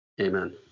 Amen